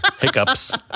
Hiccups